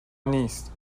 نیست